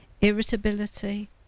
irritability